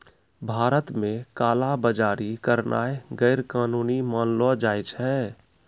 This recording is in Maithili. भारत मे काला बजारी करनाय गैरकानूनी मानलो जाय छै